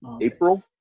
April